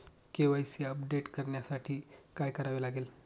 KYC update करण्यासाठी काय करावे लागेल?